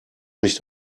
nicht